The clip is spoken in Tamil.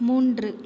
மூன்று